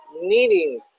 needing